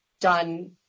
done